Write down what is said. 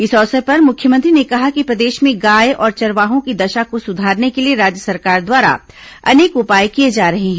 इस अवसर पर मुख्यमंत्री ने कहा कि प्रदेश में गाय और चरवाहों की दशा को सुधारने के लिए राज्य सरकार द्वारा अनेक उपाय किए जा रहे हैं